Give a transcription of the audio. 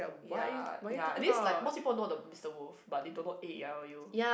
ya ya at least like most people will know the Mister Wolf but they don't know A E I O U